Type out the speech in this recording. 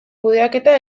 kudeaketa